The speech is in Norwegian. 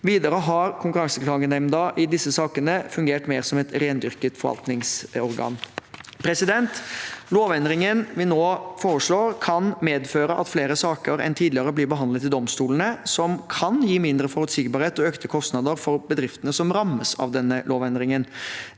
Videre har Konkurranseklagenemnda i disse sakene fungert mer som et rendyrket forvaltningsorgan. Lovendringen vi nå foreslår, kan medføre at flere saker enn tidligere blir behandlet i domstolene, noe som kan gi mindre forutsigbarhet og økte kostnader for bedrifter som rammes av lovendringen.